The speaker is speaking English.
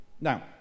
Now